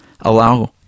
allow